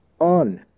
on